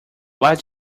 what